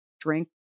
drink